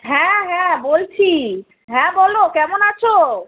হ্যাঁ হ্যাঁ বলছি হ্যাঁ বল কেমন আছ